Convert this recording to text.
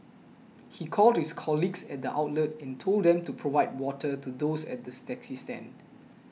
he called his colleagues at the outlet and told them to provide water to those at the taxi stand